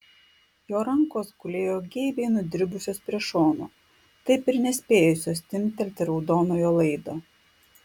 jo rankos gulėjo geibiai nudribusios prie šonų taip ir nespėjusios timptelti raudonojo laido